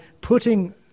putting